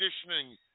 conditioning